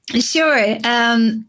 Sure